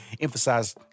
emphasize